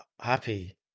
happy